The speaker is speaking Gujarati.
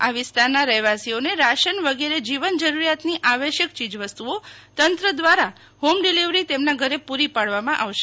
આ વિસ્તારના રહેવાસીઓને રાશન વગેરે જીવન જરૂરિયાતની આવશ્યક ચીજ વસ્તુઓ તંત્ર દ્વારા હોમ ડીલીવરી તેમના ઘરે પૂરી પાડવામાં આવશે